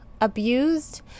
abused